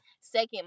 second